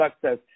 success